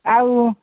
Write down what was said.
ଆଉ